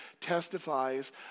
testifies